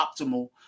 optimal